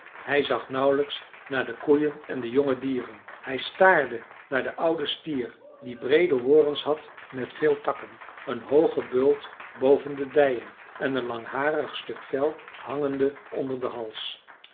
hij zag nauwlijks naar de koeien en de jonge dieren hij staarde naar den ouden stier die breede horens had met veel takken een hooge bult boven de dijen en een langharig stuk vel hangende onder den hals